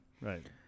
Right